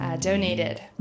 donated